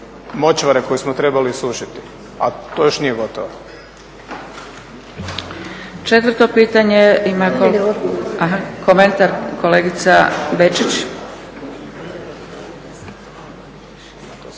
močvare koju smo trebali isušiti, a to još nije gotovo. **Zgrebec, Dragica (SDP)** Komentar, kolegica Bečić.